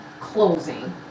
closing